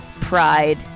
pride